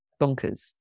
bonkers